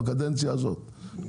בקדנציה הזו,